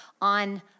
on